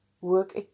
work